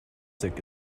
sick